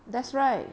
that's right